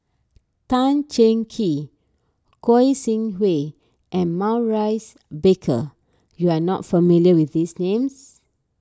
Tan Cheng Kee Goi Seng Hui and Maurice Baker you are not familiar with these names